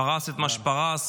פרס את מה שפרס.